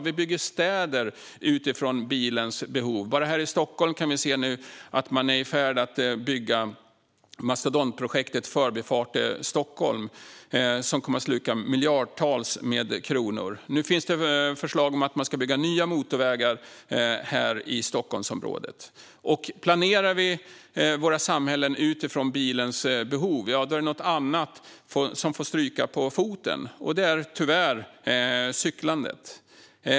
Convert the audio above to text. Vi bygger städer utifrån bilens behov. Bara här i Stockholm kan vi se att man är i färd med att bygga mastodontprojektet Förbifart Stockholm, som kommer att sluka miljardtals kronor. Nu finns det förslag om att bygga nya motorvägar i Stockholmsområdet. Planerar vi våra samhällen utifrån bilens behov är det något annat som får stryka på foten, och det är tyvärr cyklandet.